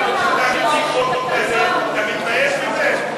אתה מגיש חוק כזה, אתה מתבייש בזה?